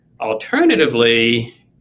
Alternatively